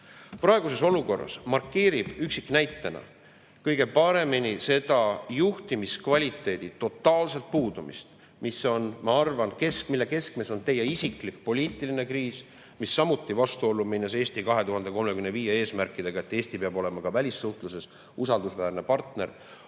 olukorras markeerib üks näide kõige paremini seda juhtimiskvaliteedi totaalset puudumist, mis meil on. Selle keskmes on teie isiklik poliitiline kriis, mis samuti läheb vastuollu "Eesti 2035" eesmärgiga, et Eesti peab olema välissuhtluses usaldusväärne partner.